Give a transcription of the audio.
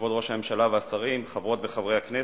כבוד ראש הממשלה והשרים, חברות וחברי הכנסת,